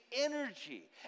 energy